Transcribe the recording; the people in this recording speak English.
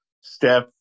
Steph